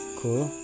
cool